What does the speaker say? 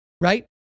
right